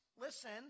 listen